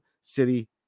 City